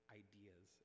ideas